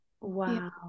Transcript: Wow